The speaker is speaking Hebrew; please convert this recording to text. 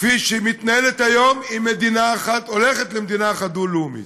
כפי שהיא מתנהלת היום היא הולכת למדינה אחת דו-לאומית,